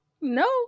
no